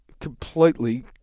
completely